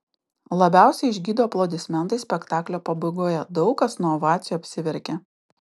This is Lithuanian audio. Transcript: labiausiai išgydo aplodismentai spektaklio pabaigoje daug kas nuo ovacijų apsiverkia